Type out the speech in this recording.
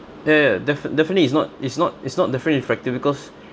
ya ya defi~ definitely it's not it's not it's not definitely reflective because